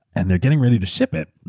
and they're getting ready to ship it.